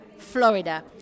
Florida